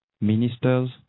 ministers